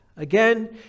Again